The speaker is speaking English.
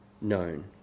known